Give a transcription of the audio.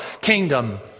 kingdom